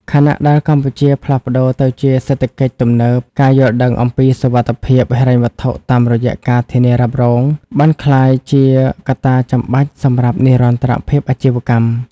ខណៈដែលកម្ពុជាផ្លាស់ប្តូរទៅជាសេដ្ឋកិច្ចទំនើប ការយល់ដឹងអំពីសុវត្ថិភាពហិរញ្ញវត្ថុតាមរយៈការធានារ៉ាប់រង បានក្លាយជាកត្តាចាំបាច់សម្រាប់និរន្តរភាពអាជីវកម្ម។